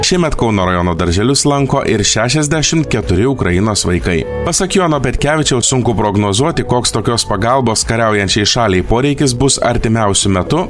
šiemet kauno rajono darželius lanko ir šešiasdešimt keturi ukrainos vaikai pasak jono petkevičiaus sunku prognozuoti koks tokios pagalbos kariaujančiai šaliai poreikis bus artimiausiu metu